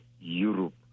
Europe